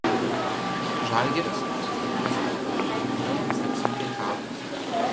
žalgiris stiprus klubas su kuriuo mums teks sunkiai kautis